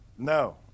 No